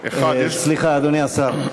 סליחה, אדוני השר.